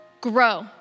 Grow